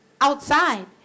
outside